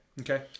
Okay